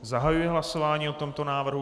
Zahajuji hlasování o tomto návrhu.